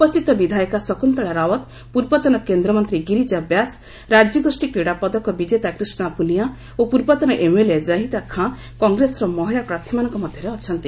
ଉପସ୍ଥିତ ବିଧାୟିକା ଶକୁନ୍ତଳା ରାଓ୍ୱତ୍ ପୂର୍ବତନ କେନ୍ଦ୍ରମନ୍ତ୍ରୀ ଗିରିଜା ବ୍ୟାସ ରାଜ୍ୟଗୋଷ୍ଠୀ କ୍ରୀଡ଼ା ପଦକ ବିଜେତା କ୍ରିଷା ପୁନିଆ ଓ ପୂର୍ବତନ ଏମ୍ଏଲ୍ଏ ଜହିଦା ଖାଁ କଂଗ୍ରେସର ମହିଳା ପ୍ରାର୍ଥୀମାନଙ୍କ ମଧ୍ୟରେ ଅଛନ୍ତି